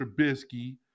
Trubisky